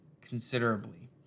considerably